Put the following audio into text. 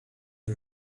are